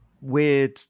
weird